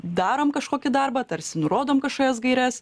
darom kažkokį darbą tarsi nurodom kažkokias gaires